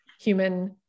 human